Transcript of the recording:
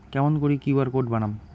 কেমন করি QR code বানাম?